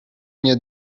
nie